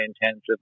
intensive